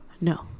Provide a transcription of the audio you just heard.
No